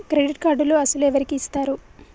Credit కార్డులు అసలు ఎవరికి ఇస్తారు?